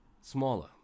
smaller